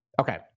Okay